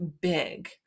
big